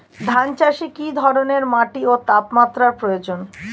ধান চাষে কী ধরনের মাটি ও তাপমাত্রার প্রয়োজন?